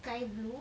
sky blue